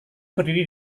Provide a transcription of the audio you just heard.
berdiri